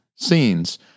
scenes